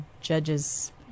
judge's